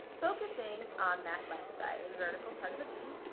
focusing on that left side of the vertical part of the b,